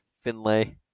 Finlay